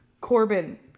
Corbin